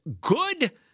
good